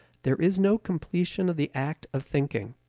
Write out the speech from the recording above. there is no completion of the act of thinking.